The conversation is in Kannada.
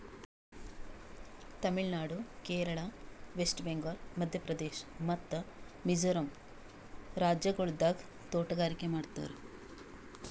ತಮಿಳು ನಾಡು, ಕೇರಳ, ವೆಸ್ಟ್ ಬೆಂಗಾಲ್, ಮಧ್ಯ ಪ್ರದೇಶ್ ಮತ್ತ ಮಿಜೋರಂ ರಾಜ್ಯಗೊಳ್ದಾಗ್ ತೋಟಗಾರಿಕೆ ಮಾಡ್ತಾರ್